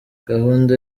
gahunda